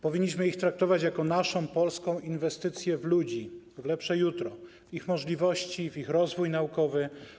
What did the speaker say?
Powinniśmy ich traktować jako naszą polską inwestycję w ludzi, w lepsze jutro, w ich możliwości, w ich rozwój naukowy.